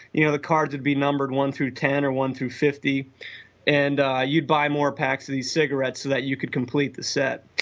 you know the cards would be numbered one through ten or one through fifty and ah you'd buy more packs of these cigarettes so that you could complete the set.